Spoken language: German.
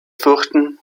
fürchten